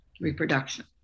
reproduction